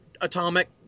Atomic